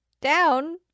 down